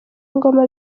ngoma